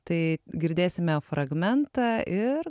tai girdėsime fragmentą ir